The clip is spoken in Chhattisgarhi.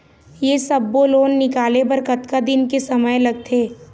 ये सब्बो लोन निकाले बर कतका दिन के समय लगथे?